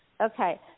Okay